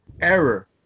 error